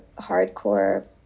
hardcore